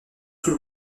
sous